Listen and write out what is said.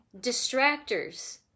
distractors